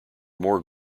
more